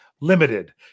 limited